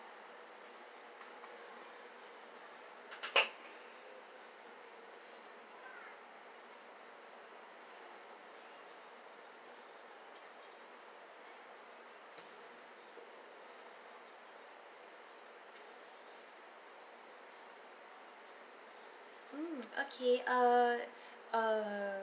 mm okay err err